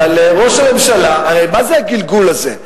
הרי מה זה הגלגול הזה?